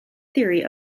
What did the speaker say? theory